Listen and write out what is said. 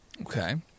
Okay